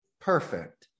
perfect